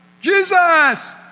Jesus